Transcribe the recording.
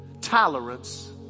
tolerance